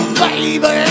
baby